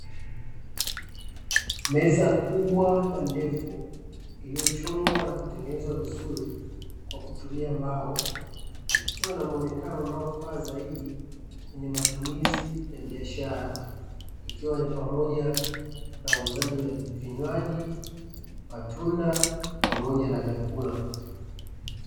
Meza kubwa na ndefu iliyochongwa na kutengenezwa vizuri kwa kutumia mbao. Ikiwa na muonekano unaofaa zaidi kwenye matumizi ya biashara, ikiwa ni pamoja na uuzaji wa vinywaji, matunda, pamoja na vyakula.